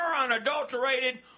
unadulterated